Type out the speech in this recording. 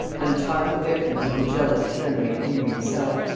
untimely victims of the jealous tyranny of henry himself,